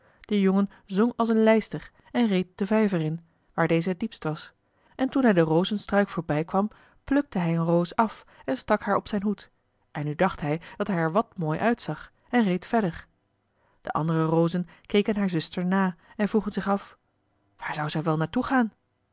de jongen zong als een lijster en reed den vijver in waar deze het diepst was en toen hij den rozenstruik voorbijkwam plukte hij een roos af en stak haar op zijn hoed en nu dacht hij dat hij er wat mooi uitzag en reed verder de andere rozen keken haar zuster na en vroegen zich af waar zou zij wel naar toe gaan